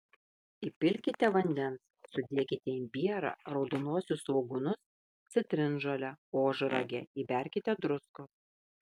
įpilkite vandens sudėkite imbierą raudonuosius svogūnus citrinžolę ožragę įberkite druskos